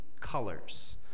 colors